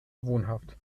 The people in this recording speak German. wohnhaft